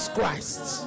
Christ